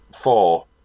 four